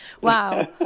Wow